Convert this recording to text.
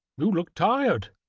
look tired,